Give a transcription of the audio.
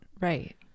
Right